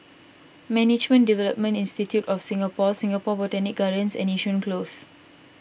Management Development Institute of Singapore Singapore Botanic Gardens and Yishun Close